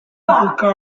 multiple